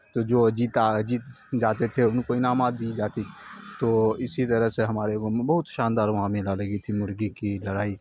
تو جو جیتا جیت جاتے تھے ان کو انعامات دی جاتی تو اسی طرح سے ہمارے گاؤں میں بہت شاندار وہاں میلا لگی تھی مرغی کی لڑائی